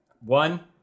One